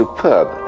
Superb